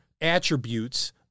attributes